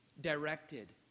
directed